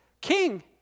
King